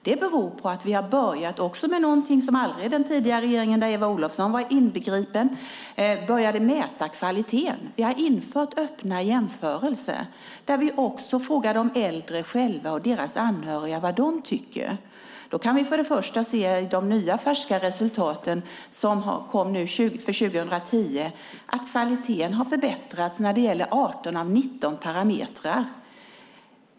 Det beror på att vi har börjat med något som den tidigare regeringen, som Eva Olofssons parti stödde, aldrig gjorde, nämligen att mäta kvaliteten. Vi har infört öppna jämförelser, där vi också frågar de äldre själva och deras anhöriga vad de tycker. I de nya, färska resultaten för 2010 kan vi se att kvaliteten har förbättrats när det gäller 18 av 19 parametrar.